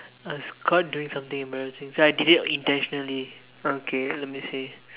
I was caught doing something embarrassing so I did it intentionally okay let me see